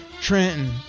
trenton